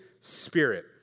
spirit